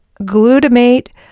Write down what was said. glutamate